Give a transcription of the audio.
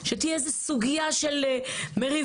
שתהיה איזה סוגיה של מריבה,